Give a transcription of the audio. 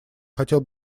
хотел